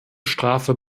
strafe